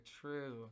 True